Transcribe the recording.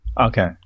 Okay